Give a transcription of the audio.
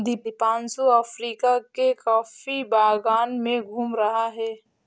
Deepanshu Africa के coffee बागान में घूम रहा है